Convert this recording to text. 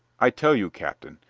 i tell you, captain,